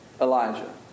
Elijah